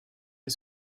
est